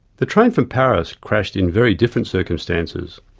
the train from paris crashed in very different circumstances.